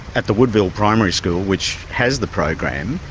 at the woodville primary school, which has the program,